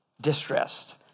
distressed